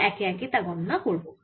আমরা একে একে তা গণনা করব